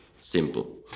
simple